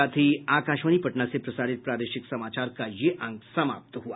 इसके साथ ही आकाशवाणी पटना से प्रसारित प्रादेशिक समाचार का ये अंक समाप्त हुआ